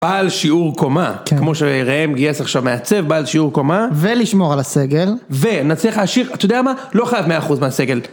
בעל שיעור קומה, כמו שראם גייס עכשיו מעצב, בעל שיעור קומה. ולשמור על הסגל. ונצליח להשאיר, אתה יודע מה? לא חייב 100% מהסגל.